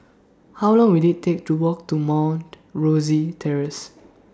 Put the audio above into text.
How Long Will IT Take to Walk to Mount Rosie Terrace